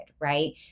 right